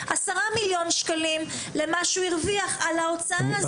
10,000,000 שקלים למה שהוא הרוויח על ההוצאה הזאת.